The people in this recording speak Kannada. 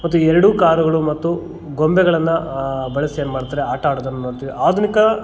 ಮತ್ತು ಎರಡೂ ಕಾರುಗಳು ಮತ್ತು ಗೊಂಬೆಗಳನ್ನು ಬಳಸಿ ಏನ್ಮಾಡ್ತಾರೆ ಆಟ ಆಡುದನ್ನ ನೋಡ್ತೀವಿ ಆಧುನಿಕ